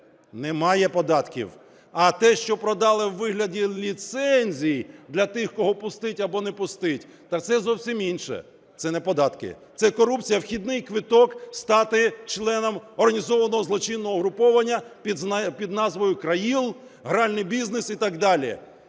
Немає податків. А те, що продали у вигляді ліцензій для тих, кого пустить або не пустить, так це зовсім інше, це не податки. Це корупція, вхідний квиток стати членом організованого злочинного угруповання під назвою КРАІЛ, гральний бізнес і так далі.